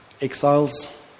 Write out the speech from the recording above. exiles